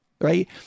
Right